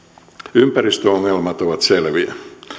ympäristöongelmat ovat selviä